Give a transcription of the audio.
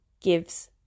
gives